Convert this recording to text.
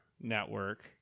network